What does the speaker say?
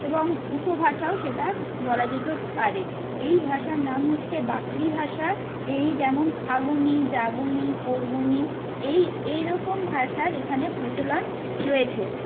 এবং উপভাষাও সেটা বলা যেতেও পারে এই ভাষার নাম হচ্ছে বাঁকড়ি ভাষা এই যেমন খাবুনি যাবুনি করবোনি এই এই রকম ভাষার এখানে প্রচলন রয়েছে